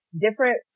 Different